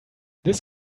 this